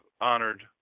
honored